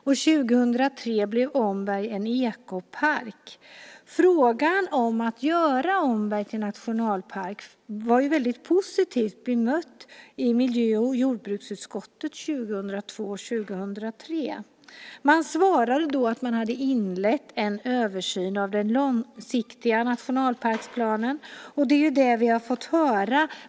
År 2003 blev Omberg en ekopark. Frågan om att göra Omberg till nationalpark blev väldigt positivt bemött i miljö och jordbruksutskottet 2002/03. Man svarade då att man hade inlett en översyn av den långsiktiga nationalparksplanen. Det är det vi har fått höra.